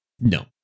No